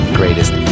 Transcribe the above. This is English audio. greatest